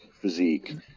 physique